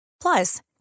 Plus